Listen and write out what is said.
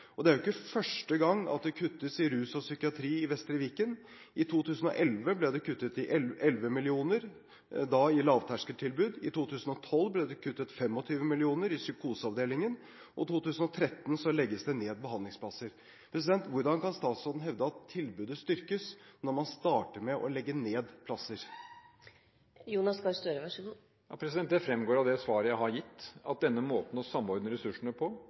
det kuttes i rus- og psykiatribehandling i Vestre Viken. I 2011 ble det kuttet 11 mill. kr – da i lavterskeltilbudet. I 2012 ble det kuttet 25 mill. kr i psykoseavdelingen. I 2013 legges det ned behandlingsplasser. Hvordan kan statsråden hevde at tilbudet styrkes når man starter med å legge ned plasser? Det fremgår av det svaret jeg har gitt at denne måten å samordne ressurser på